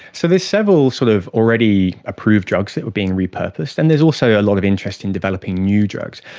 so there's several sort of already approved drugs that are being repurposed, and there's also a lot of interest in developing new drugs.